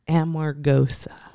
amargosa